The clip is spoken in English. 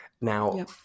Now